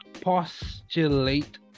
postulate